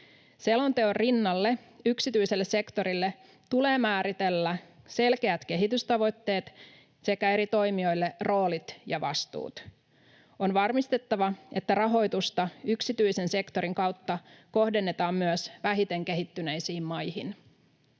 Selonteon rinnalle yksityiselle sektorille tulee määritellä selkeät kehitystavoitteet sekä eri toimijoille roolit ja vastuut. On varmistettava, että rahoitusta yksityisen sektorin kautta kohdennetaan myös vähiten kehittyneisiin maihin.